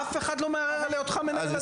אף אחד לא מערער על היותך מנהל הדיון.